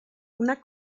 una